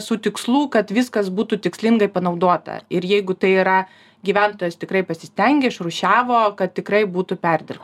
su tikslu kad viskas būtų tikslingai panaudota ir jeigu tai yra gyventojas tikrai pasistengė išrūšiavo kad tikrai būtų perdirb